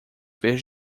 vez